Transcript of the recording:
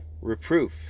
reproof